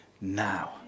now